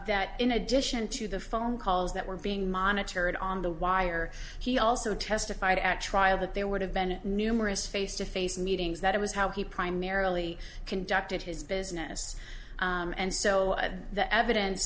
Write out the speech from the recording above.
at in addition to the phone calls that were being monitored on the wire he also testified at trial that there would have been numerous face to face meetings that it was how he primarily conducted his business and so the evidence